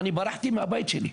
אני ברחתי מהבית שלי,